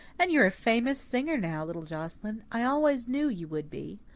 and you're a famous singer now, little joscelyn! i always knew you would be.